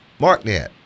MarkNet